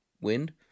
wind